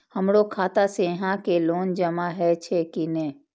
हमरो खाता से यहां के लोन जमा हे छे की ने?